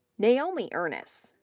naomi urnes,